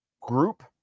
group